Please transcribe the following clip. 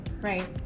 right